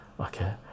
Okay